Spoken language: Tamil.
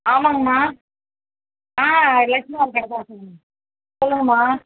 ஆமாங்கம்மா ஆ லக்ஷ்மி உர கடை தான் சொல்லுங்கள் சொல்லுங்கம்மா